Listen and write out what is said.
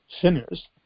sinners